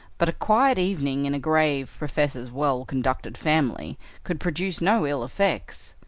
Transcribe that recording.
but a quiet evening in a grave professor's well-conducted family could produce no ill effects.